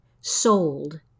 sold